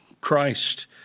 Christ